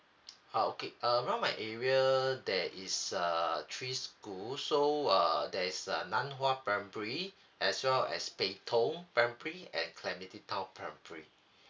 oh okay around my area there is uh three schools so uh there is uh nan hua primary as well as pei tong primary and clementi town primary